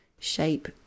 shape